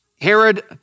Herod